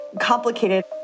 complicated